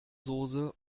soße